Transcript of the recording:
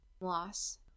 loss